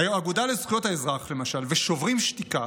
האגודה לזכויות האזרח למשל ושוברים שתיקה